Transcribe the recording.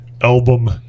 album